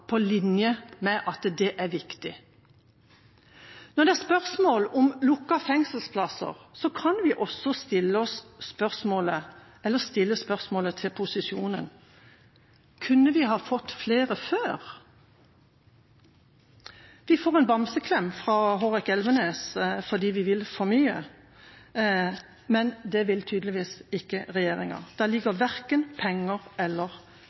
på linje med hensyn til at det er viktig. Når det er spørsmål om lukkede fengselsplasser, kan vi også stille spørsmålet til posisjonen: Kunne vi ha fått flere før? Vi får en bamseklem fra Hårek Elvenes fordi vi vil for mye, men det vil tydeligvis ikke regjeringa. Det ligger verken penger eller